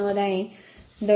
89 आहे 250